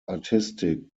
artistic